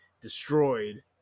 destroyed